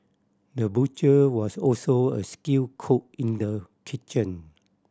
the butcher was also a skilled cook in the kitchen